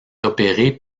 opérée